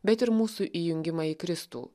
bet ir mūsų įjungimą į kristų